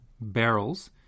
barrels